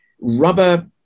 rubber